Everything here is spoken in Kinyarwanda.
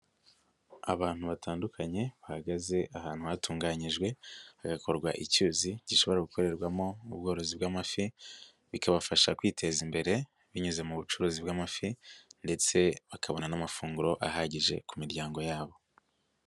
Abantu batandukanye bahagaze ahantu hatunganyijwe hagakorwa icyuzi gishobora gukorerwamo ubworozi bw'amafi bikabafasha kwiteza imbere binyuze mu bucuruzi bw'amafi ndetse bakabona n'amafunguro ahagije ku miryango yabo.